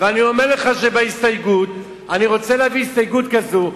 אני רוצה להביא הסתייגות כזו,